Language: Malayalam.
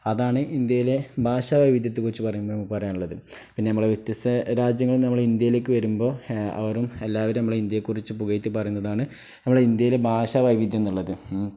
അതാണ് ഇന്ത്യയിലെ ഭാഷ വൈവിധ്യത്തെക്കുറിച്ചു പറയുമ്പം പറയാനുള്ളത് പിന്നെ നമ്മളെ വ്യത്യസ്ത രാജ്യങ്ങളിൽ നമ്മൾ ഇന്ത്യയിലേക്ക് വരുമ്പോൾ അവരും എല്ലാവരും നമ്മെ ഇന്ത്യയെക്കുറിച്ച് പുകഴ്ത്തി പറയുന്നതാണ് നമ്മൾ ഇന്ത്യയിലെ ഭാഷ വൈവിധ്യം എന്നുള്ളത്